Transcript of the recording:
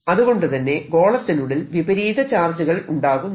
അതുകൊണ്ടുതന്നെ ഗോളത്തിനുള്ളിൽ വിപരീത ചാർജുകൾ ഉണ്ടാകുന്നു